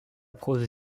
prose